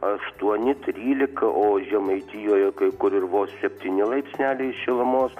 aštuoni trylika o žemaitijoje kai kur ir vos septyni laipsneliai šilumos